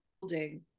building